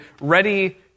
ready